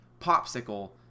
popsicle